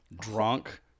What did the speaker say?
Drunk